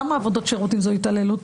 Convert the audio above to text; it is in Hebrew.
למה עבודות שירות אם זה התעללות?